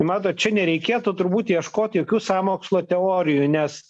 matot čia nereikėtų turbūt ieškot jokių sąmokslo teorijų nes